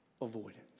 avoidance